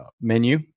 menu